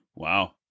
Wow